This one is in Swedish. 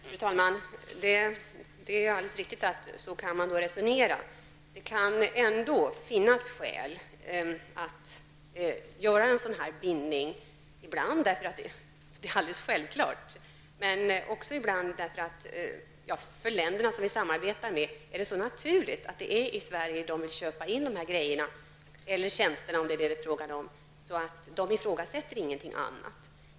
Fru talman! Det är alldeles riktigt att man kan resonera så. Det kan ändå finnas skäl att göra en sådan här bindning, ibland därför att det är alldeles självklart, men ibland också därför att det för de länder som vi samarbetar med är så naturligt att man vill köpa in varorna och tjänsterna i Sverige, att man inte ifrågasätter detta.